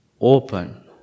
open